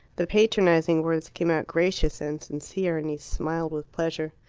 the patronizing words came out gracious and sincere, and he smiled with pleasure.